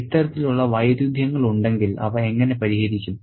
ഇത്തരത്തിലുള്ള വൈരുദ്ധ്യങ്ങൾ ഉണ്ടെങ്കിൽ അവ എങ്ങനെ പരിഹരിക്കും